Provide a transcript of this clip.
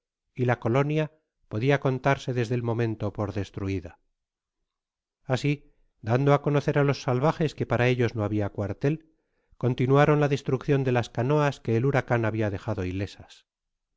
y la colonia podia contarse desde el momento por destruida asi dando á conocer á los salvajes que para ellos no habia cuartel continuaron la destruccion de las canoas que el huracan habia dejado ilesas